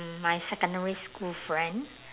my secondary school friend